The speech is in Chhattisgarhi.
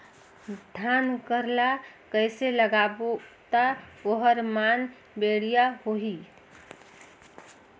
धान कर ला कइसे लगाबो ता ओहार मान बेडिया होही?